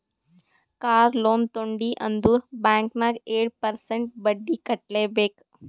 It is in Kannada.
ಕಾರ್ ಲೋನ್ ತೊಂಡಿ ಅಂದುರ್ ಬ್ಯಾಂಕ್ ನಾಗ್ ಏಳ್ ಪರ್ಸೆಂಟ್ರೇ ಬಡ್ಡಿ ಕಟ್ಲೆಬೇಕ್